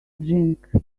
drink